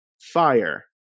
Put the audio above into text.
Fire